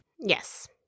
Yes